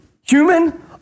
human